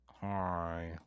hi